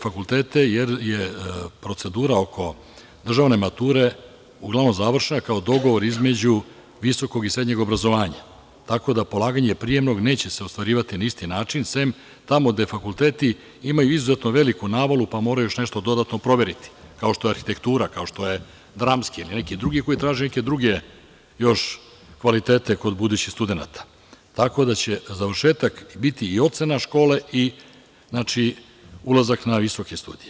Procedura oko državne mature uglavnom je završena kao dogovor između visokog i srednjeg obrazovanja, tako da polaganje prijemnog neće se ostvarivati na isti način sem tamo gde fakulteti imaju izuzetno veliku navalu, pa moraju još nešto dodatno proveriti, kao što je arhitektura, kao što je dramski ili neki drugi koji traži neke druge kvalitete kod budućih studenata, tako da će završetak biti i ocena škole i ulazak na visoke studije.